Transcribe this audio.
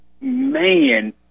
man